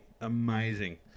Amazing